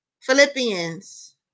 Philippians